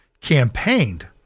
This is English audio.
campaigned